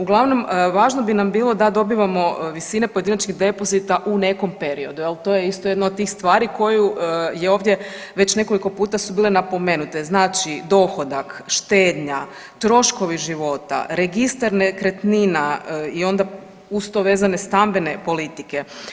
Uglavnom, važno bi nam bilo da dobivamo visine pojedinačnih depozita u nekom periodu jel, to je isto jedno od tih stvari koju je ovdje već nekoliko puta su bile napomenute, znači dohodak, štednja, troškovi života, registar nekretnina i onda uz to vezano stambene politike.